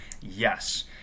yes